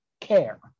care